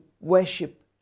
worship